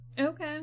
Okay